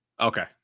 Okay